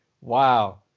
wow